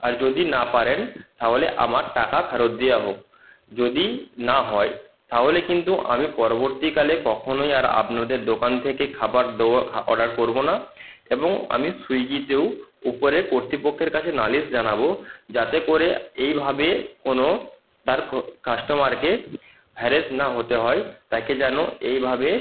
আর যদি না পারেন তাহলে আমার টাকা ফেরত দেওয়া হোক যদি না হয় তাহলে কিন্তু আমি পরবর্তীকালে কখনোই আর আপনাদের দোকান থেকে খাবার দোয় অর্ডার করব না এবং আমি সুইগিতেও উপরে কর্তৃপক্ষের কাছে নালিশ জানাব যাতে করে এইভাবে কোনো তার খো কাস্টমারকে হ্যারাস না হতে হয় তাকে যেন এইভাবে